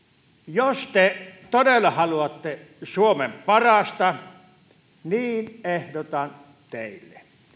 jos te todella haluatte suomen parasta niin ehdotan teille